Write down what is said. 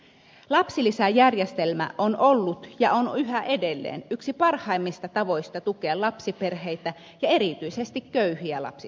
lapsilisäjärjestelmä on ollut ja on yhä edelleen yksi parhaimmista tavoista tukea lapsiperheitä ja erityisesti köyhiä lapsiperheitä